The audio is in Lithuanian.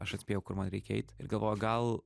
aš atspėjau kur man reikia eit ir galvoju gal